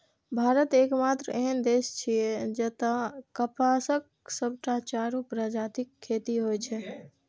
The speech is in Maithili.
भारत एकमात्र एहन देश छियै, जतय कपासक सबटा चारू प्रजातिक खेती होइ छै